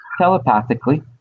telepathically